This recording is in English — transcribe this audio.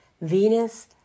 Venus